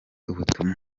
ubutumwa